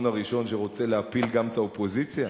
הראשון שרוצה להפיל גם את האופוזיציה?